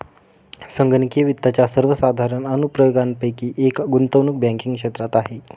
संगणकीय वित्ताच्या सर्वसाधारण अनुप्रयोगांपैकी एक गुंतवणूक बँकिंग क्षेत्रात आहे